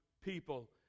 people